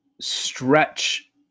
stretch